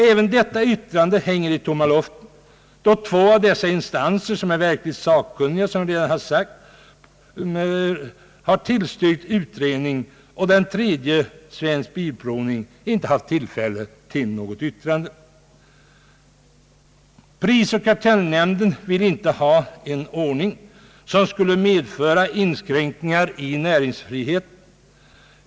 även det yttrandet hänger i tomma luften, då två av dessa instanser — som är verkligt sakkunniga på området — redan har tillstyrkt utredning och den tredje, AB Svensk bilprovning, inte har haft tillfälle att avge något yttrande. Prisoch kartellnämnden vill inte ha en ordning som skulle medföra inskränkningar i näringsfriheten.